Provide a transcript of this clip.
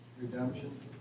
Redemption